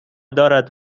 دارد